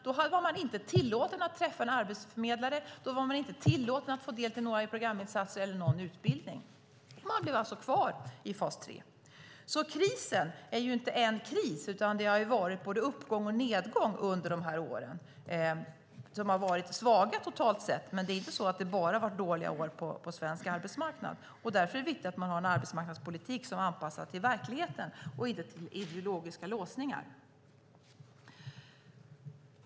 Då var man inte tillåten att träffa en arbetsförmedlare eller få del av programinsatser eller utbildning. Man blev alltså kvar i fas 3. Krisen är inte en och densamma, utan det har varit både uppgång och nedgång under dessa år. De har varit svaga totalt sett, men de har inte bara varit dåliga år på svensk arbetsmarknad. Därför är det viktigt att man har en arbetsmarknadspolitik som är anpassad till verkligheten och inte till ideologiska låsningar.